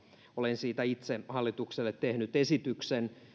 olen siitä itse hallitukselle tehnyt esityksen